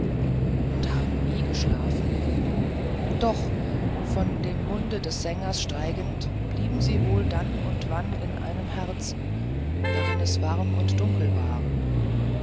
und haben nie geschlafen doch von dem munde des sängers steigend blieben sie wohl dann und wann in einem herzen darin es warm und dunkel war